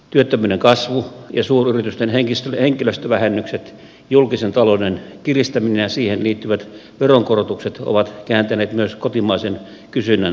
työttömyyden kasvu ja suuryritysten henkilöstövähennykset julkisen talouden kiristäminen ja siihen liittyvät veronkorotukset ovat kääntäneet myös kotimaisen kysynnän alenevaksi